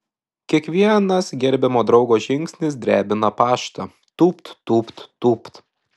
kiekvienas gerbiamo draugo žingsnis drebina paštą tūpt tūpt tūpt